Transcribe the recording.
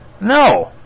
No